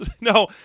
no